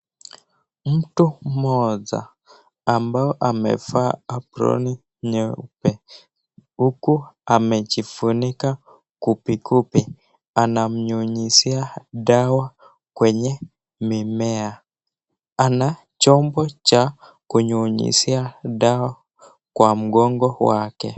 Mtu mmoja ambao amevaa aproni nyeupe uku amejifunika gumbigumbi, anamnyunyizia dawa kwenye mimea, ana chombo cha kunyunyizia dawa kwa mgongo wake.